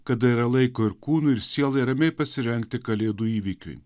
kada yra laiko ir kūnui ir sielai ramiai pasirengti kalėdų įvykiui